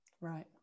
right